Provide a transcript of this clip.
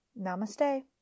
Namaste